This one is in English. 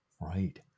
Right